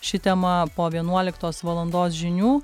ši tema po vienuoliktos valandos žinių